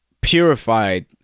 purified